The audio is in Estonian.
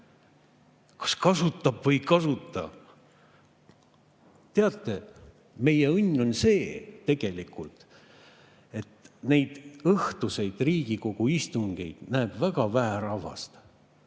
Kas kasutab või ei kasuta? Teate, meie õnn on tegelikult see, et neid õhtuseid Riigikogu istungeid näeb väga vähe rahvast.